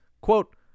quote